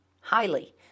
highly